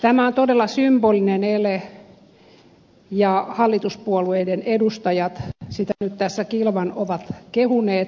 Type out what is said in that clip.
tämä on todella symbolinen ele ja hallituspuolueiden edustajat sitä nyt tässä kilvan ovat kehuneet myös